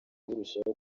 burushaho